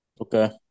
Okay